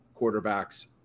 quarterbacks